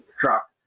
truck